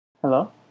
Hello